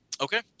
Okay